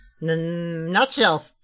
Nutshell